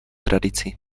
tradici